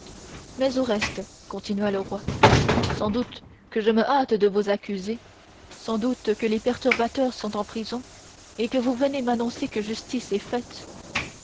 mais au reste continua le roi sans doute que je me hâte de vous accuser sans doute que les perturbateurs sont en prison et que vous venez m'annoncer que justice est faite